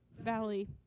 Valley